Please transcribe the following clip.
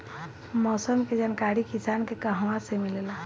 मौसम के जानकारी किसान के कहवा से मिलेला?